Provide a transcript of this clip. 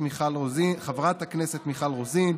חברת הכנסת מיכל רוזין,